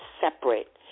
separate